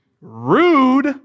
Rude